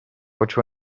which